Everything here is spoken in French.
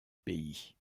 pays